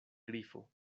grifo